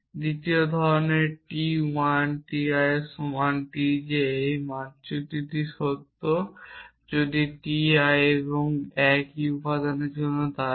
দ্বিতীয় ধরনের t 1 t i সমান t j এই মানচিত্রটি সত্য যদি t i এবং একই উপাদানের জন্য দাঁড়ায়